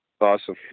Awesome